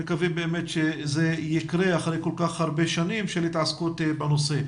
אני מקווה שבאמת זה יקרה אחרי כל כך הרבה שנים של התעסקות בנושא.